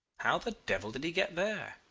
how the devil did he get there.